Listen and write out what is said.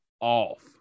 off